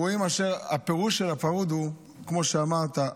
והפירוש של פרהוד הוא, כמו שאמרת,